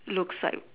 looks like